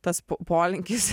tas po polinkis